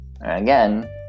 Again